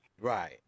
Right